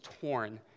torn